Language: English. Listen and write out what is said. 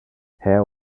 air